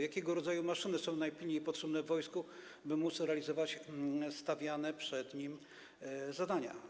Jakiego rodzaju maszyny są najpilniej potrzebne wojsku, by móc realizować stawiane przed nim zadania?